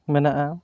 ᱢᱮᱱᱟᱜᱼᱟ